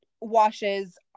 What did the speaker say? washes